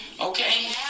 okay